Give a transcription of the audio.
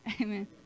Amen